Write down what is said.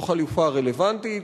זו חלופה רלוונטית,